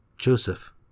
Joseph